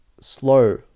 slow